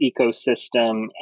ecosystem